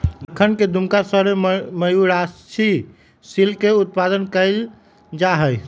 झारखंड के दुमका शहर में मयूराक्षी सिल्क के उत्पादन कइल जाहई